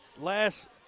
last